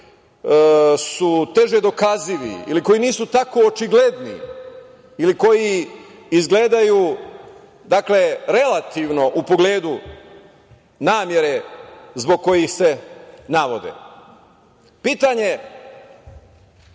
su teže dokazivi ili koji nisu tako očigledni ili koji izgledaju relativno u pogledu namere zbog kojih se navode. Pitanje